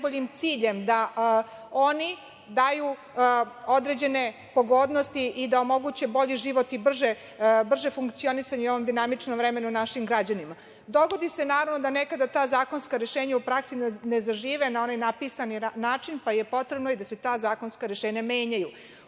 najboljim ciljem da oni daju određene pogodnosti i da omoguće bolji život i brže funkcionisanje u ovom dinamičnom vremenu našim građanima. Dogodi se, naravno, da nekada ta zakonska rešenja u praksi ne zažive na onaj napisani način, pa je potrebno i da se ta zakonska rešenja menjaju.U